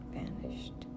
vanished